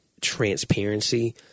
transparency